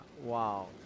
Wow